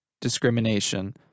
discrimination